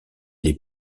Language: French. les